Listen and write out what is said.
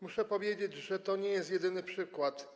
Muszę powiedzieć, że to nie jest jedyny przykład.